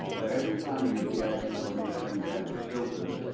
that every time you get information that is filtered,